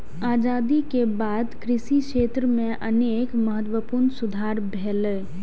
आजादी के बाद कृषि क्षेत्र मे अनेक महत्वपूर्ण सुधार भेलैए